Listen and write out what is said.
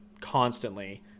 constantly